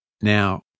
Now